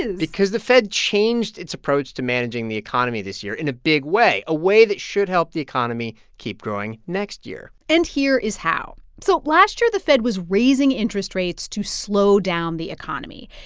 ah because the fed changed its approach to managing the economy this year in a big way, a way that should help the economy keep growing next year and here is how. so last year, the fed was raising interest rates to slow down the economy.